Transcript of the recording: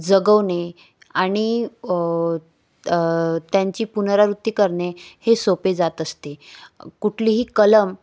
जगवणे आणि त्यांची पुनरावृत्ती करणे हे सोपे जात असते कुठलीही कलम